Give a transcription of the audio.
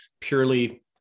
purely